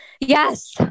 Yes